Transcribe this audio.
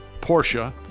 Porsche